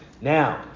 Now